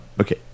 Okay